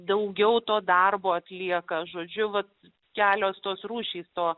daugiau to darbo atlieka žodžiu vat kelios tos rūšys o